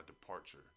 departure